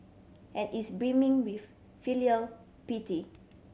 and is brimming with filial piety